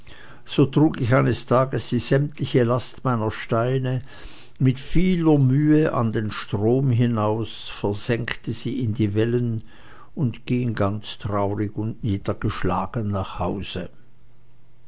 so trug ich eines tages die sämtliche last meiner steine mit vieler mühe an den strom hinaus versenkte sie in die wellen und ging ganz traurig und niedergeschlagen nach hause